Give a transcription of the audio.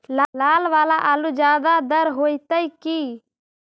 लाल वाला आलू ज्यादा दर होतै कि उजला वाला आलू बालुसाही खेत में?